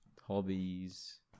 hobbies